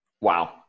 Wow